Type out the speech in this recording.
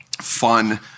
fun